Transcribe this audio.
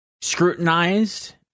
scrutinized